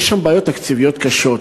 יש שם בעיות תקציביות קשות,